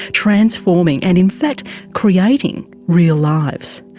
transforming and in fact creating real lives.